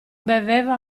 beveva